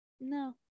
No